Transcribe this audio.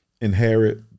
inherit